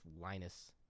Linus